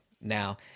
Now